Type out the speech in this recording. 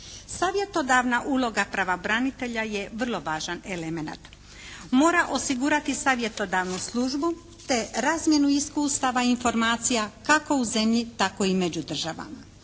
Savjetodavna uloga prava branitelja je vrlo važan elemenat. Mora osigurati savjetodavnu službu te razmjenu iskustava informacija kako u zemlji tako i među državama.